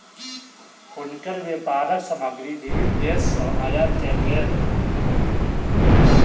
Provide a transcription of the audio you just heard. हुनकर व्यापारक सामग्री विभिन्न देस सॅ आयात कयल गेल